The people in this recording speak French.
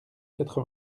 quatre